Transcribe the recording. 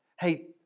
Hey